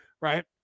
Right